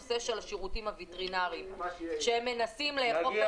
נושא השירותים הווטרינרים ושהם מנסים לאכוף את זה.